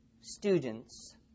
students